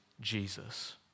Jesus